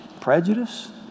prejudice